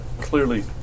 clearly